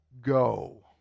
go